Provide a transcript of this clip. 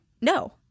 no